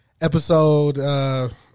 episode